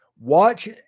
Watch